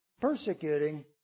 persecuting